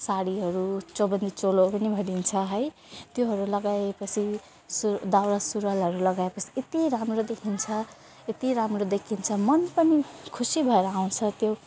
साडीहरू चौबन्दी चोलोहरू पनि भनिन्छ है त्योहरू लगाए पछि सो दौरा सुरुवालहरू लगाए पछि यति राम्रो देखिन्छ यति राम्रो देखिन्छ मन पनि खुसी भएर आउँछ त्यो